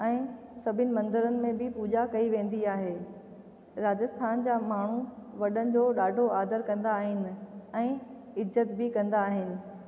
ऐं सभिनि मंदरनि में बि पूॼा कई वेंदी आहे राजस्थान जा माण्हू वॾनि जो ॾाढो आदरु कंदा आहिनि ऐं इज़त बि कंदा आहिनि